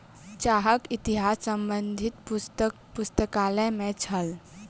चाहक इतिहास संबंधी पुस्तक पुस्तकालय में छल